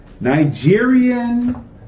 Nigerian